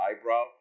eyebrow